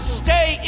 stay